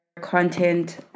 content